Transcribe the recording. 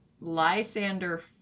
Lysander